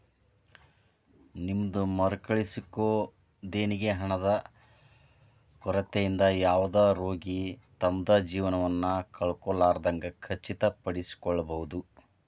ನಿಮ್ದ್ ಮರುಕಳಿಸೊ ದೇಣಿಗಿ ಹಣದ ಕೊರತಿಯಿಂದ ಯಾವುದ ರೋಗಿ ತಮ್ದ್ ಜೇವನವನ್ನ ಕಳ್ಕೊಲಾರ್ದಂಗ್ ಖಚಿತಪಡಿಸಿಕೊಳ್ಬಹುದ್